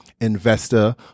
investor